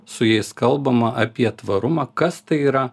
su jais kalbama apie tvarumą kas tai yra